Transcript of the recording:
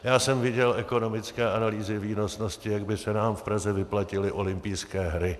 Já jsem viděl ekonomické analýzy výnosnosti, jak by se nám v Praze vyplatily olympijské hry.